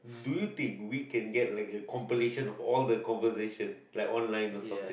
do you think we can get like a compilation of all the conversation like online or something